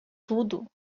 tudo